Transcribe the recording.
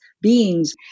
beings